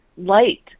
light